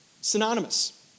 synonymous